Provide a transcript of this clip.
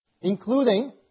Including